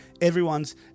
Everyone's